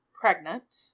pregnant